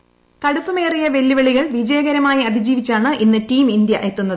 voice കടുപ്പമേറിയ വെല്ലുവിളികൾ വിജയകരമായി അതിജീവിച്ചാണ് ഇന്ന് ടീം ഇന്ത്യ എത്തുന്നത്